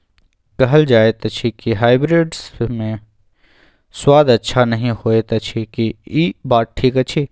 कहल जायत अछि की हाइब्रिड मे स्वाद अच्छा नही होयत अछि, की इ बात ठीक अछि?